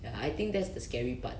ya I think that's the scary part